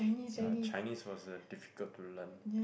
ya Chinese was uh difficult to learn